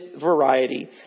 variety